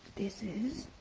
this is